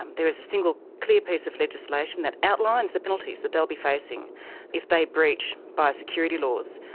um there is a single clear piece of legislation that outlines the penalties that they'll be facing if they breach biosecurity laws.